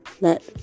Let